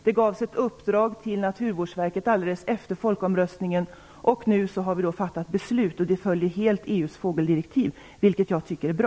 Det gavs ett uppdrag till Naturvårdsverket alldeles efter folkomröstningen, och nu har vi fattat beslut. Detta följer helt EU:s fågeldirektiv, vilket jag tycker är bra.